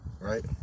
Right